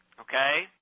okay